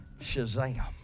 Shazam